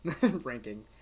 ranking